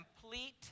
complete